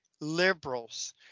liberals